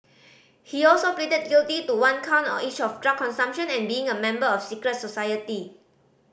he also pleaded guilty to one count on each of drug consumption and being a member of secret society